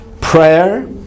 Prayer